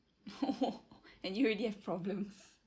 and you already have problems